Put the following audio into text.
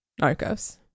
Narcos